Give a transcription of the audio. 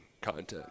content